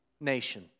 nation